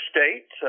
State